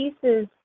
pieces